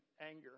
anger